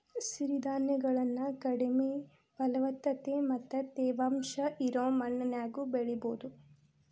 ಸಿರಿಧಾನ್ಯಗಳನ್ನ ಕಡಿಮೆ ಫಲವತ್ತತೆ ಮತ್ತ ತೇವಾಂಶ ಇರೋ ಮಣ್ಣಿನ್ಯಾಗು ಬೆಳಿಬೊದು